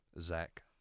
Zach